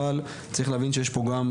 אבל צריך להבין שיש פה גם,